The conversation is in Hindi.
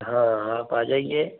हाँ आप आ जाइए